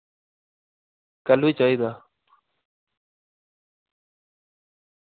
कैलू चाहिदा